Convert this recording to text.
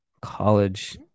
college